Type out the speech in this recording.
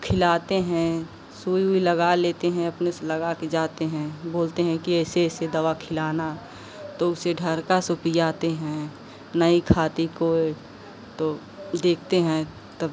खिलाते हैं सुई ऊई लगा लेते हैं अपने से लगा के जाते हैं बोलते हैं कि ऐसे ऐसे दवा खिलाना तो उसे ढरका से ऊ पिलाते हैं नहीं खाती कोई तो देखते हैं तब